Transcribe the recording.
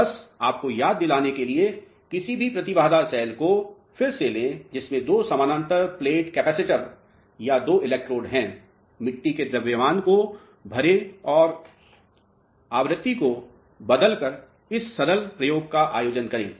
तो बस आपको याद दिलाने के लिए किसी भी प्रतिबाधा सेल को फिर से लें जिसमें दो समानांतर प्लेट कैपेसिटर या दो इलेक्ट्रोड हैं मिट्टी के द्रव्यमान को भरें और आवृत्ति को बदलकर इस सरल प्रयोग का आयोजन करें